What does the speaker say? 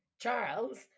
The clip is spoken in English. Charles